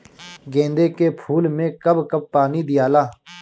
गेंदे के फूल मे कब कब पानी दियाला?